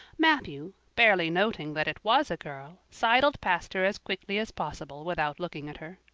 matthew, barely noting that it was a girl, sidled past her as quickly as possible without looking at her.